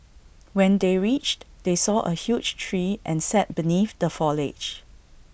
when they reached they saw A huge tree and sat beneath the foliage